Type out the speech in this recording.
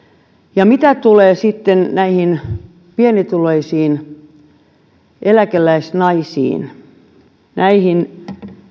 ja mitä tulee sitten pienituloisiin eläkeläisnaisiin näihin